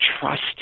trust